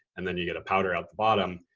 and then you get a powder out the bottom.